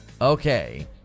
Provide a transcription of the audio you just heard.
Okay